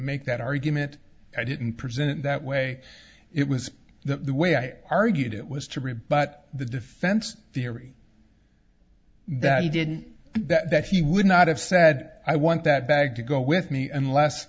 make that argument i didn't present that way it was the way i argued it was to rebut the defense theory that he did that he would not have said i want that bag to go with me unless